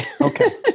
Okay